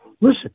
listen